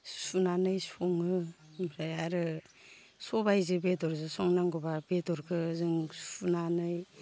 सुनानै सङो ओमफ्राय आरो सबायजो बेदरजो संनांगौब्ला बेदरखो जों सुनानै